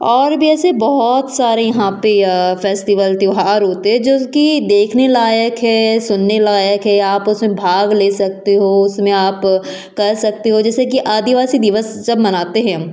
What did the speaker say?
और भी ऐसे बहुत सारे यहाँ पे फेस्टिवल त्योहार होते हैं जो कि देखने लायक है सुनने लायक है आप उसमें भाग ले सकते हो उसमें आप कर सकते हो जैसे कि आदिवासी दिवस जब मनाते हैं